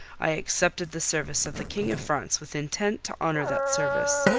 i accepted the service of the king of france with intent to honour that service.